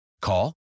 Call